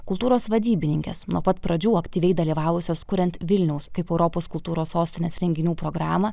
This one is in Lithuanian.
kultūros vadybininkės nuo pat pradžių aktyviai dalyvavusios kuriant vilniaus kaip europos kultūros sostinės renginių programą